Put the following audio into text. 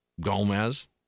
Gomez